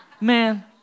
Man